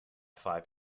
five